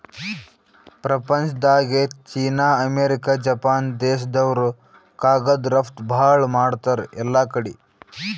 ಪ್ರಪಂಚ್ದಾಗೆ China, America, Japan ದೇಶ್ದವ್ರು ಕಾಗದ್ ರಫ್ತು ಭಾಳ್ ಮಾಡ್ತಾರ್ ಎಲ್ಲಾಕಡಿ